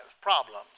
problems